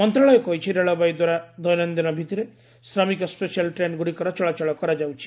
ମନ୍ତ୍ରଣାଳୟ କହିଛି ରେଳବାଇ ଦ୍ୱାରା ଦୈନନ୍ଦିନ ଭିତିରେ ଶ୍ରମିକ ସ୍ୱେଶାଳ ଟ୍ରେନ୍ଗୁଡ଼ିକର ଚଳାଚଳ କରାଯାଉଛି